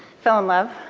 fell in love.